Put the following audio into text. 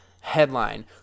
headline